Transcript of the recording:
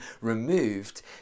removed